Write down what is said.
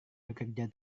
bekerja